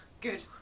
Good